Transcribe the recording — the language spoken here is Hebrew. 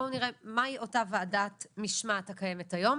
בואו נראה מהי אותה ועדת משמעת הקיימת היום.